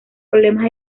problemas